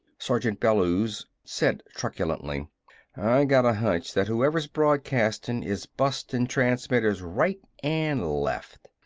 sergeant bellews said truculently i got a hunch that whoever's broadcastin' is busting transmitters right an' left.